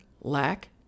lack